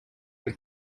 are